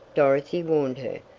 dorothy warned her.